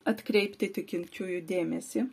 atkreipti tikinčiųjų dėmesį